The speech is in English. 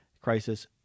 crisis